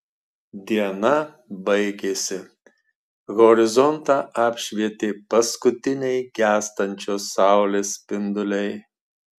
diena baigėsi horizontą apšvietė paskutiniai gęstančios saulės spinduliai